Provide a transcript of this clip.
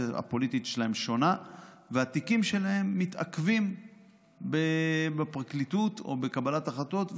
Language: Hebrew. הפוליטית שלהם שונה והתיקים שלהם מתעכבים בפרקליטות או בקבלת החלטות,